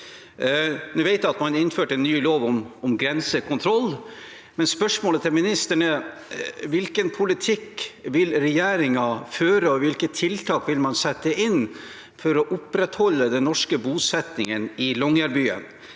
Jeg vet at man har innført en ny lov om grensekontroll, men spørsmålet til ministeren er: Hvilken politikk vil regjeringen føre og hvilke tiltak vil man sette inn for å opprettholde den norske bosettingen i Longyearbyen?